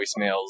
voicemails